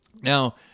now